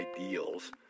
ideals